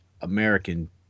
American